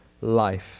life